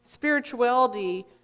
spirituality